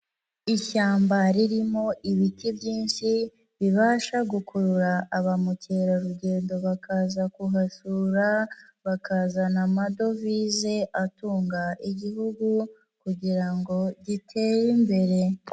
Ishyamba ririmo ibiti byinshi, bibasha gukurura abamukerarugendo bakaza kuhasura, bakazana amadovize atunga igihugu kugira ngo gitere imbere.